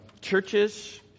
churches